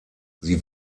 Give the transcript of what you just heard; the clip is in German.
sie